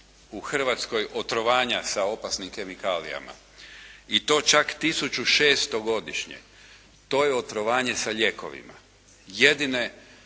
u Hrvatskoj otrovanja sa opasnim kemikalijama i to čak 1600 godišnje, to je otrovanje sa lijekovima,